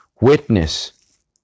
witness